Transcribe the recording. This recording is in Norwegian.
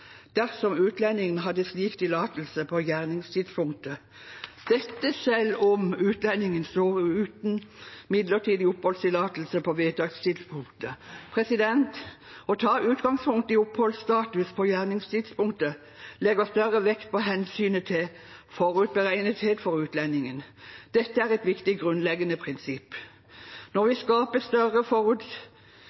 dersom utlendingen hadde slik tillatelse på gjerningstidspunktet – dette selv om utlendingen står uten midlertidig oppholdstillatelse på vedtakstidspunktet. Å ta utgangspunkt i oppholdsstatus på gjerningstidspunktet legger større vekt på hensynet til forutberegnelighet for utlendingen. Dette er et viktig grunnleggende prinsipp. Når vi skaper større